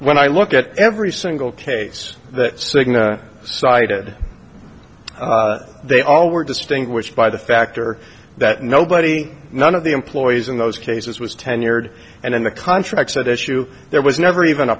when i look at every single case that cigna cited they all were distinguished by the factor that nobody none of the employees in those cases was tenured and in the contracts at issue there was never even a